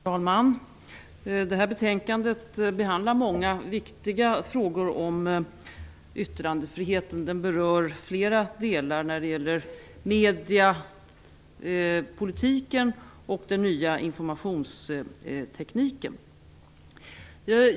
Herr talman! Det betänkande vi nu diskuterar behandlar många viktiga frågor om yttrandefriheten. Det berör flera delar när det gäller mediepolitiken och den nya informationstekniken.